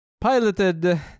Piloted